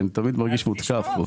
אני תמיד מרגיש מותקף פה.